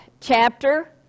chapter